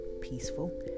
peaceful